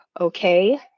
okay